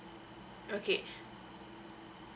okay